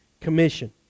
Commission